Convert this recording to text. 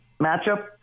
matchup